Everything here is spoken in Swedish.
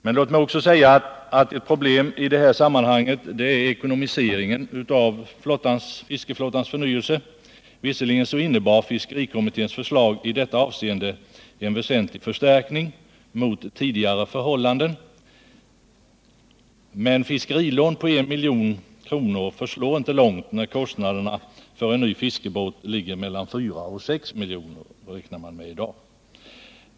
Men låt mig också säga, att ett problem i detta sammanhang är finansieringen av fiskeflottans förnyelse. Visserligen innebar fiskerikommitténs förslag i detta avseende en väsentlig förstärkning mot tidigare förhållanden, men fiskerilån på 1 milj.kr. förslår inte långt när man räknar med att kostnaden för en ny fiskebåt i dag ligger mellan 4 och 6 milj.kr.